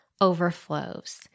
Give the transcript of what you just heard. overflows